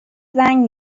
زنگ